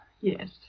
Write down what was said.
yes